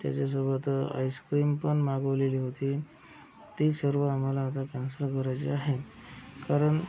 त्याच्यासोबत आईस्क्रिमपण मागवलेले होते ते सर्व आम्हाला आता कॅन्सल करायचे आहे कारण